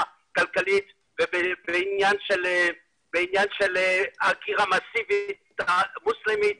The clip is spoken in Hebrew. כלכלית ובעניין של הגירה מסיבית מוסלמית